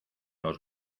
los